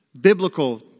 Biblical